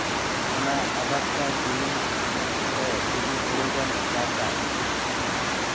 ᱚᱱᱟ ᱟᱵᱟᱫ ᱠᱟᱨ ᱡᱩᱢᱤ ᱨᱮ ᱡᱩᱫᱤ ᱡᱩᱫᱤ ᱦᱩᱲᱩ ᱜᱮᱢ ᱪᱟᱥᱟ